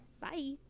Bye